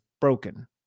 broken